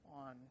on